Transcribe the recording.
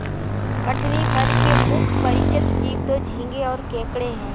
कठिनी वर्ग के मुख्य परिचित जीव तो झींगें और केकड़े हैं